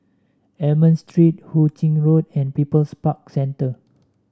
Almond Street Hu Ching Road and People's Park Centre